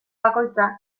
bakoitza